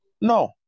No